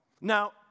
Now